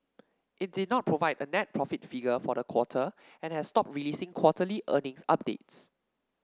it did not provide a net profit figure for the quarter and has stopped releasing quarterly earnings updates